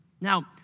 Now